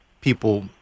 people